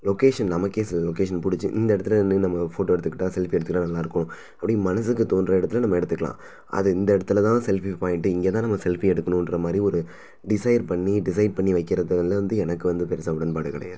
location நமக்கே சில location புடிச்சு இந்த இடத்துல நின்று நம்ம ஃபோட்டோ எடுத்துக்கிட்டா செல்ஃபி எடுத்துக்கலாம் நல்லாயிருக்கும் அப்படின்னு மனதுக்கு தோணுற இடத்துல நம்ம எடுத்துக்கலாம் அது இந்த இடத்துல தான் செல்ஃபி பாயிண்ட்டு இங்கே தான் நம்ம செல்ஃபி எடுக்கணுன்ற மாதிரி ஒரு டிசையர் பண்ணி டிசைட் பண்ணி வைக்கிறதுல வந்து எனக்கு வந்து பெரிசா உடன்பாடு கிடையாது